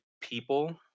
people